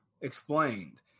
explained